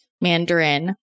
mandarin